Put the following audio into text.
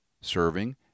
serving